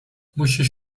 musisz